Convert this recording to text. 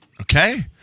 Okay